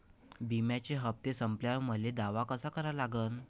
बिम्याचे हप्ते संपल्यावर मले दावा कसा करा लागन?